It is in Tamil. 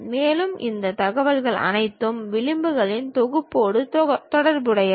மேலும் இந்த தகவல்கள் அனைத்தும் விளிம்புகளின் தொகுப்போடு தொடர்புடையவை